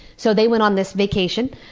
so they went on this vacation,